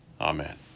Amen